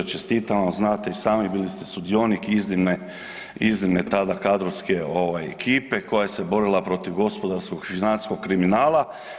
Čestitam vam, znate i sami bili ste sudionik iznimne tada kadrovske ekipe koja se borila protiv gospodarskog financijskog kriminala.